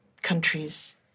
Countries